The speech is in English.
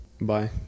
Bye